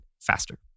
faster